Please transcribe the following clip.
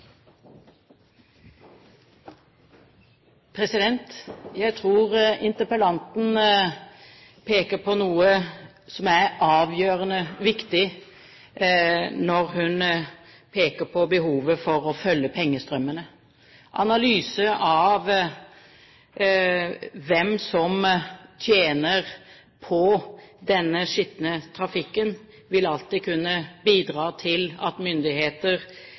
Jeg tror interpellanten peker på noe som er avgjørende viktig når hun peker på behovet for å følge pengestrømmene. Analyser av hvem som tjener på denne skitne trafikken, vil alltid kunne bidra til at myndigheter